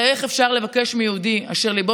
הרי איך אפשר לבקש מיהודי אשר ליבו